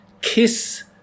Kiss